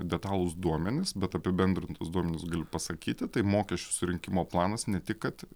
detalūs duomenys bet apibendrintus duomenis galiu pasakyti tai mokesčių surinkimo planas ne tik kad